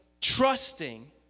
trusting